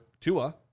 Tua